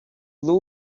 blew